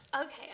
Okay